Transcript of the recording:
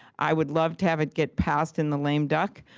i would love to have is get passed in the lame duck,